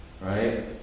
Right